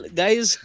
guys